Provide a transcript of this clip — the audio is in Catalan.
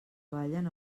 ballen